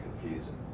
confusing